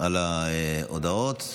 על ההודעות.